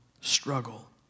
struggle